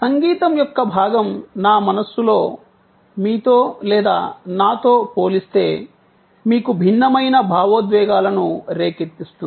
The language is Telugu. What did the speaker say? సంగీతం యొక్క భాగం నా మనస్సులో మీతో లేదా నాతో పోలిస్తే మీకు భిన్నమైన భావోద్వేగాలను రేకెత్తిస్తుంది